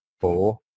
four